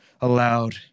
aloud